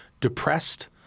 depressed